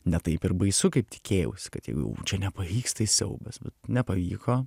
ne taip ir baisu kaip tikėjausi kad jeigu čia nepavyks tai siaubas nepavyko